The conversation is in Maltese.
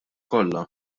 kollha